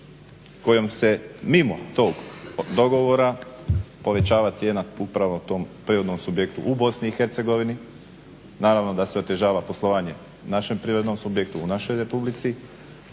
kojom se mimo tog dogovora povećava cijena upravo tom privatnom subjektu u Bosni i Hercegovini. Naravno da se otežava poslovanje našem privrednom subjektu u našoj Republici